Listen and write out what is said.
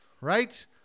right